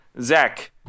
Zach